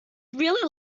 really